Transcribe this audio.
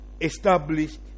established